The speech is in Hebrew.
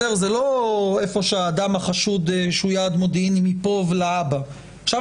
זה לא כשהאדם חשוד והוא יעד מודיעיני מפה להבא עכשיו